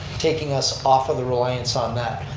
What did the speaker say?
taking us off of the reliance on that.